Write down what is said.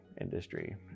industry